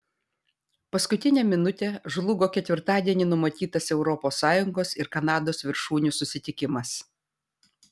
paskutinę minutę žlugo ketvirtadienį numatytas europos sąjungos ir kanados viršūnių susitikimas